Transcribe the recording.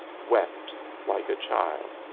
wept like a child.